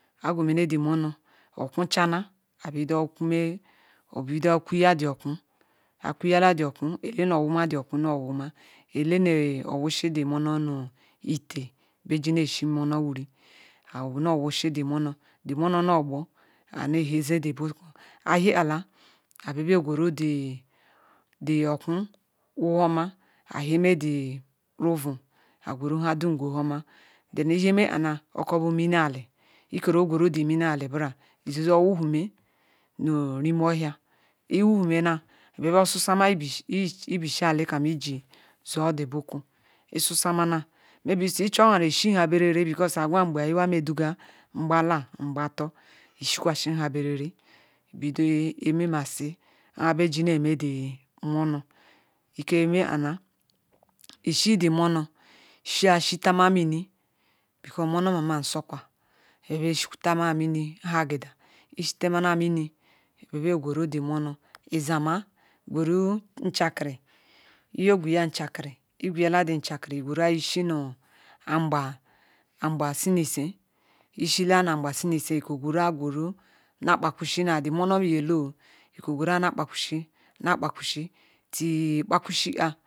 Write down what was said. ayi gwemene the momoh nkwu chanah ayi bedeh kuya the oku ayi kuyala the oku ele nu owuma the oku noh orouma ele neh ele nu owuma the oku noh orouma ele neh owusi the monoh ni iteh ne eshi monoh wuri noh owusi the monoh the monoh wuri noh owusi the monoh the mmoh noh gbor ayi ne eheze tge buku ayi he-ala ayi bia beh gweru the the oku wohoma meh the ouen ayi gweru nhedum gwe hama rhen ikeh meh ah num ma okoh buru mini ali ikero gweru the muni ali nbra e ze zo ohusoma ibishi-ali kam Iji-zo the buku Isusamama maybe lii echu mama eshi nya bere le because agwa angba duga ngba-la ngha-ator ishiwiasi hah nhe benle Idido masi nheji ne emeh the monoh ikeh mehama eyishi the monoh shia she shia ma mini because monoh mama sokowa hebe shikatakwa mini hah agi da iti-mama- mini igweru the monoh izama igwala the nchakri iyishi nu angba ishi ni ise igweru gweru na kpukusi-a the mmoh nyele oh igweru na kpakusi na kpakusi tiu kpakusi-a